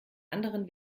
anderen